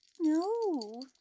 No